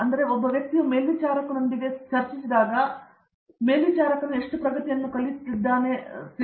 ಅರಂದಾಮ ಸಿಂಗ್ ಒಬ್ಬ ವ್ಯಕ್ತಿಯು ಮೇಲ್ವಿಚಾರಕನೊಂದಿಗೆ ಚರ್ಚಿಸಿದಾಗ ಮೇಲ್ವಿಚಾರಕನು ಎಷ್ಟು ಪ್ರಗತಿಯನ್ನು ಕಲಿತಿದ್ದಾನೆ ಎಂಬುದು ತಿಳಿದಿದೆ